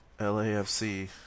LAFC